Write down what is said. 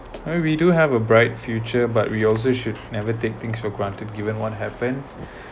maybe we do have a bright future but we also should never take things for granted given what happened